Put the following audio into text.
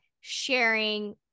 sharing